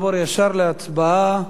נעבור ישר להצבעה.